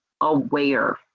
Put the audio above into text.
aware